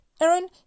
Aaron